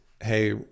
hey